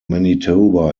manitoba